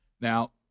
Now